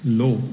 low